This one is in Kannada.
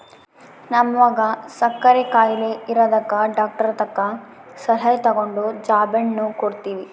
ನಮ್ವಗ ಸಕ್ಕರೆ ಖಾಯಿಲೆ ಇರದಕ ಡಾಕ್ಟರತಕ ಸಲಹೆ ತಗಂಡು ಜಾಂಬೆಣ್ಣು ಕೊಡ್ತವಿ